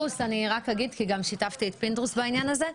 שיתפתי גם את פינדרוס בעניין הזה.